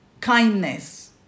kindness